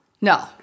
No